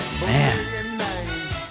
Man